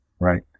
Right